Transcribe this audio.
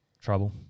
Trouble